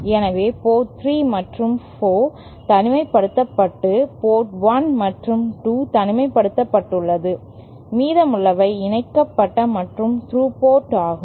எனவே போர்ட் 3 மற்றும் 4 தனிமைப்படுத்தப்பட்டு போர்ட் 1 மற்றும் 2 தனிமைப்படுத்தப்பட்டுள்ளது மீதமுள்ளவை இணைக்கப்பட்ட மற்றும் த்ரூ போர்ட் ஆகும்